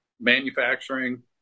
manufacturing